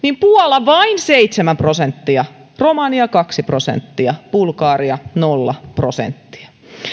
puola vain seitsemän prosenttia romania kaksi prosenttia bulgaria nolla prosenttia